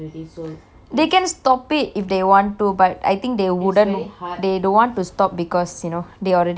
they can stop it if they want to but I think they wouldn't they don't want to stop because you know they already have the fame